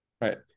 Right